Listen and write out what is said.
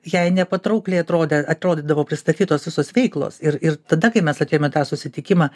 jai nepatraukliai atrodė atrodydavo pristatytos visos veiklos ir ir tada kai mes atėjome į tą susitikimą